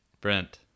Brent